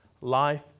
Life